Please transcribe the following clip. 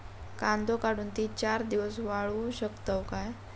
कांदो काढुन ती चार दिवस वाळऊ शकतव काय?